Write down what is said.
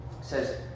says